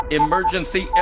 emergency